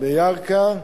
בירכא,